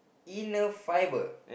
inner fiber